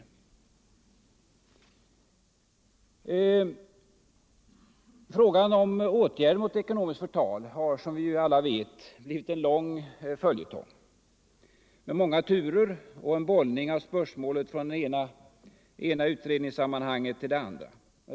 miskt förtal Frågan om åtgärder mot ekonomiskt förtal har, som vi alla vet, blivit en lång följetong med många turer och en ”bollning” av spörsmålet från det ena utredningssammanhanget till det andra.